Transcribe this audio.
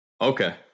Okay